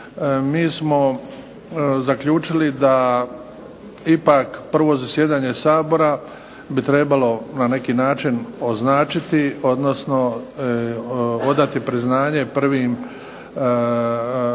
Mi smo zaključili da ipak 1. zasjedanje Sabora bi trebalo na neki način označiti odnosno odati priznanje sudionicima